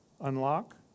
unlock